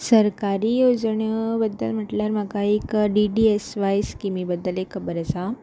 सरकारी येवजण्यो बद्दल म्हटल्यार म्हाका एक डी डी एस व्हाय स्किमी बद्दल एक खबर आसा